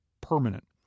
permanent